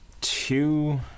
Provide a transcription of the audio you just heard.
two